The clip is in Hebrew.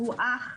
הוא אח,